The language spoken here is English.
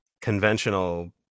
conventional